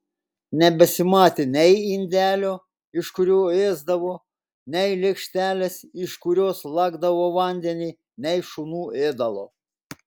nebesimatė nei indelio iš kurio ėsdavo nei lėkštelės iš kurios lakdavo vandenį nei šunų ėdalo